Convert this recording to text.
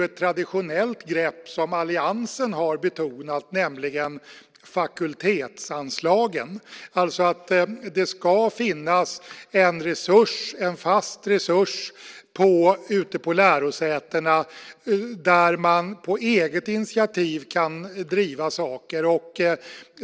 Ett traditionellt grepp som alliansen har betonat är fakultetsanslagen. Det ska finnas en fast resurs ute på lärosätena där man på eget initiativ kan driva saker.